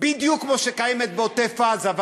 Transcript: בדיוק כמו שקיימת בעוטף-עזה.